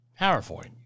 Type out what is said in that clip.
PowerPoint